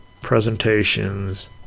presentations